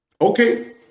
okay